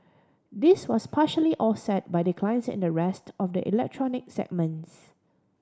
this was partially offset by declines in the rest of the electronic segments